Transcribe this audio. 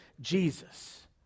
Jesus